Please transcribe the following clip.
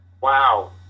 wow